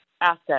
asset